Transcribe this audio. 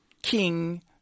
King